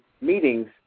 meetings